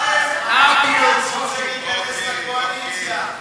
18), התשע"ו 2016, נתקבל.